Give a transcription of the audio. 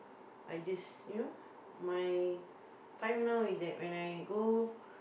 I just you know my time now is that when I go